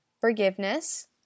Forgiveness